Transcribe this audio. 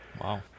wow